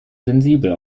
sensibel